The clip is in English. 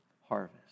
harvest